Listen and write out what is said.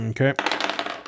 Okay